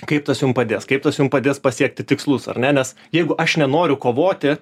kaip tas jum padės kaip tas jum padės pasiekti tikslus ar ne nes jeigu aš nenoriu kovoti